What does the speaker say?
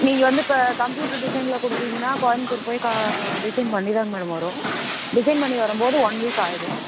நீங்கள் வந்து இப்போ கம்ப்யூட்டர் டிசனில் கொடுத்திங்கனா கோயம்புத்தூர் போய் டிசைன் பண்ணிதாங்க மேடம் வரும் டிசைன் பண்ணி வரும் போது ஒன் வீக் ஆயிடும்